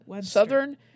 southern